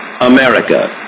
America